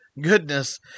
goodness